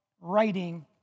writing